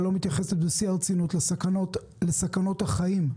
לא מתייחסת בשיא הרצינות לסכנות החיים,